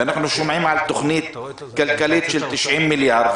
אנחנו שומעים על תוכנית כלכלית של 90 מיליארד שקל.